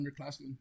underclassmen